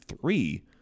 three